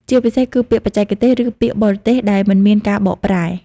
ជាពិសេសគឺពាក្យបច្ចេកទេសឬពាក្យបរទេសដែលមិនមានការបកប្រែ។